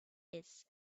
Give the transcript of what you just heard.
its